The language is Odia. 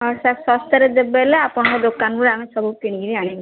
ହଁ ସାର୍ ଶସ୍ତାରେ ଦେବେ ହେଲେ ଆପଣଙ୍କ ଦୋକାନରୁ ଆମେ ସବୁ କିଣିକି ଆଣିମୁ